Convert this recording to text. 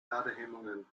ladehemmungen